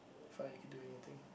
felt you can do anything